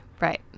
right